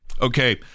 Okay